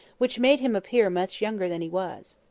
which made him appear much younger than he was.